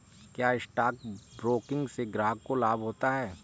क्या stock broking से ग्राहक को लाभ होता है?